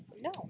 No